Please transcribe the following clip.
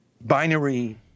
binary